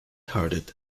hearted